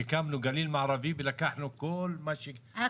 שהקמנו גליל מערבי ולקחנו כל מה ---,